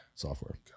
software